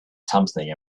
something